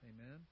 Amen